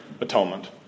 atonement